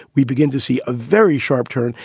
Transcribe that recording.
we begin to see a very sharp turn.